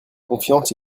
confiance